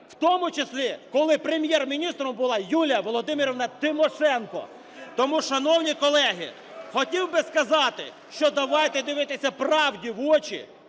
в тому числі, коли Прем'єр-міністром була Юлія Володимирівна Тимошенко. Тому, шановні колеги, хотів би сказати, що давайте дивитися правді в очі,